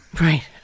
right